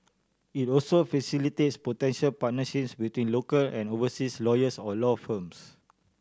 it also facilitates potential partnerships between local and overseas lawyers or law firms